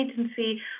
Agency